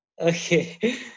okay